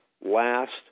last